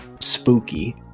spooky